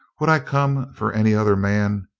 would i come for any other man?